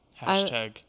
Hashtag